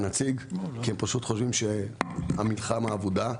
נציג כי הם פשוט חושבים שהמלחמה אבודה.